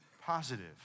positive